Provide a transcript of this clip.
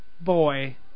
boy